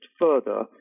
further